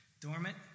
Dormant